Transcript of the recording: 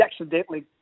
accidentally